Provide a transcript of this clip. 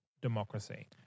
democracy